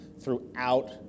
throughout